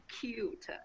cute